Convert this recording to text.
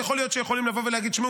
יכול להיות שיכולים לבוא ולהגיד: תשמעו,